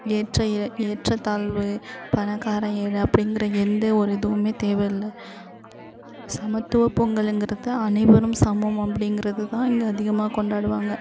ஏற்ற இற ஏற்றத் தாழ்வு பணக்காரன் ஏழை அப்படிங்கிற எந்த ஒரு இதுவுமே தேவையில்ல சமத்துவ பொங்கலுங்கிறது அனைவரும் சமம் அப்படிங்கிறதுதான் இங்கே அதிகமாக கொண்டாடுவாங்க